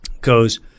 goes